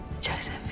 Joseph